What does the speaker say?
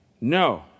no